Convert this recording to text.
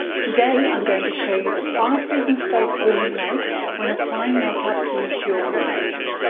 today i'm going to show you the five big mistakes women make when applying makeup to mature eyes